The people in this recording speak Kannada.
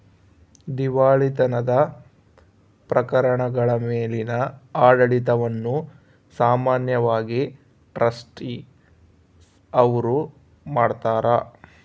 ದಿವಾಳಿತನದ ಪ್ರಕರಣಗಳ ಮೇಲಿನ ಆಡಳಿತವನ್ನು ಸಾಮಾನ್ಯವಾಗಿ ಟ್ರಸ್ಟಿ ಅವ್ರು ಮಾಡ್ತಾರ